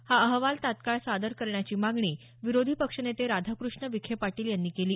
हा अहवाल तात्काळ सादर करण्याची मागणी विरोधी पक्षनेते राधाकृष्ण विखे पाटील यांनी केली